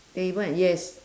table and yes